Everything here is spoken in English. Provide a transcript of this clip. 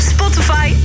Spotify